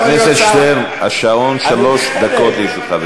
חבר הכנסת שטרן, השעון, שלוש דקות לרשותך.